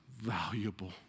valuable